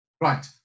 Right